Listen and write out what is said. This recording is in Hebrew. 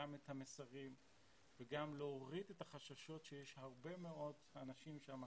גם את המסרים וגם להוריד את החששות שיש להרבה מאוד אנשים שם,